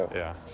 yeah.